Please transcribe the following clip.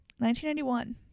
1991